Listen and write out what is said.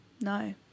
No